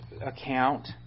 account